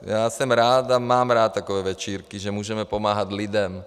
Já jsem rád a mám rád takové večírky, že můžeme pomáhat lidem.